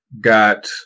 got